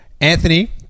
Anthony